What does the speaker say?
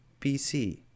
BC